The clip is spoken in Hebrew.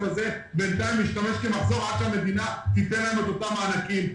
הזה בינתיים להשתמש כמחזור עד שהמדינה תיתן להם את אותם מענקים.